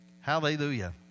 Hallelujah